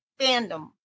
fandom